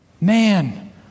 man